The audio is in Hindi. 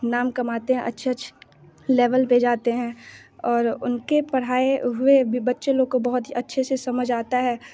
नाम कमाते अच्छे अच्छे लेवल पे जाते हैं और उनके पढ़ाये हुए भी बच्चे लोग को बहुत अच्छे से समझ आता है